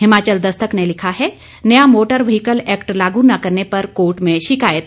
हिमाचल दस्तक ने लिखा है नया मोटर व्हीकल एक्ट लागू न करने पर कोर्ट में शिकायत